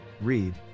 Read